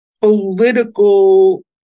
political